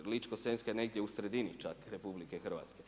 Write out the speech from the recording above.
Ličko-senjska je negdje u sredini čak RH.